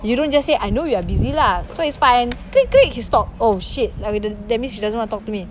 you don't just say I know you're busy lah so it's fine K stop oh shit that means she doesn't want to talk to me